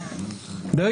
למה אתה שואל שאלת קיטבג?